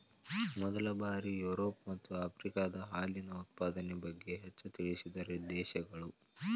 ಮೊದಲ ಬಾರಿ ಯುರೋಪ ಮತ್ತ ಆಫ್ರಿಕಾದಾಗ ಹಾಲಿನ ಉತ್ಪಾದನೆ ಬಗ್ಗೆ ಹೆಚ್ಚ ತಿಳಿಸಿದ ದೇಶಗಳು